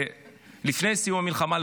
לפני סיום המלחמה,